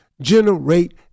generate